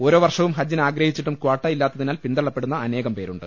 ഓരോ ൂവർഷവും ഹജ്ജിന് ആഗ്രഹിച്ചിട്ടും കാട്ട ഇല്ലാത്തിനാൽ പിന്തള്ളപ്പെടുന്ന അനേകം പേരുണ്ട്